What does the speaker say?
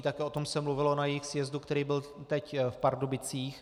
Také o tom se mluvilo na jejich sjezdu, který byl teď v Pardubicích.